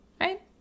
Right